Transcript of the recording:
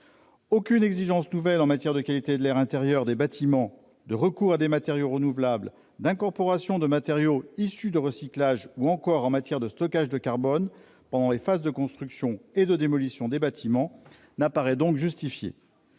Aucune exigence nouvelle en matière de qualité de l'air intérieur des bâtiments, de recours à des matériaux renouvelables, d'incorporation de matériaux issus du recyclage, ou encore de stockage de carbone pendant les phases de construction et de démolition des bâtiments ne paraît donc justifiée.